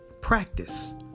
Practice